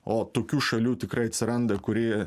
o tokių šalių tikrai atsiranda kuri